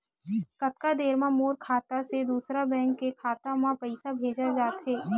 कतका देर मा मोर खाता से दूसरा बैंक के खाता मा पईसा भेजा जाथे?